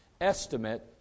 estimate